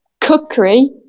cookery